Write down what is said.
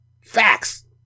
Facts